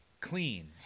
clean